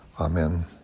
Amen